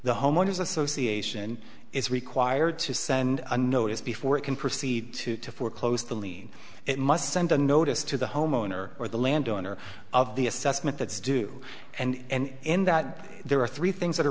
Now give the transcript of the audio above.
the homeowners association is required to send a notice before it can proceed to to foreclose the lean it must send a notice to the homeowner or the landowner of the assessment that is due and that there are three things that are